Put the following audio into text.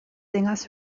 sängers